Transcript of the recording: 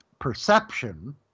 perception